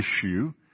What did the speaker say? issue